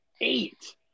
eight